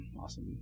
Awesome